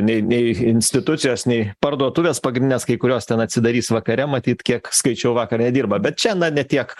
nei nei institucijos nei parduotuvės pagrindinės kai kurios ten atsidarys vakare matyt kiek skaičiau vakar dirba bet čia na ne tiek